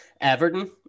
Everton